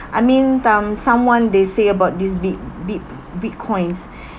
I mean um someone they say about this bit~ bit~ Bitcoins